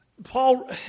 Paul